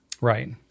Right